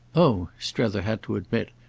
oh, strether had to admit,